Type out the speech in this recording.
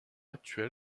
actuel